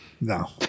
No